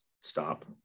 stop